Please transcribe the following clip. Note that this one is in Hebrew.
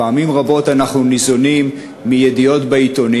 פעמים רבות אנחנו ניזונים מידיעות בעיתונים.